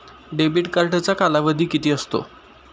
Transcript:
Debit कार्डचा कालावधी किती असतो?